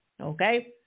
okay